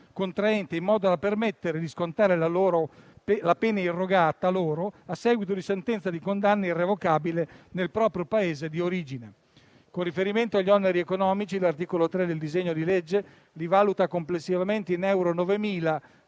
contraente, in modo da permettere di scontare la pena loro irrogata a seguito di sentenza di condanna irrevocabile nel proprio Paese di origine. Con riferimento agli oneri economici, l'articolo 3 del disegno di legge li valuta complessivamente in euro 5.114